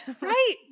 Right